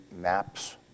maps